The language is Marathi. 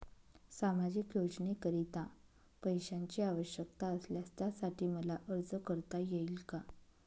सामाजिक योजनेकरीता पैशांची आवश्यकता असल्यास त्यासाठी मला अर्ज करता येईल का?